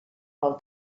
pel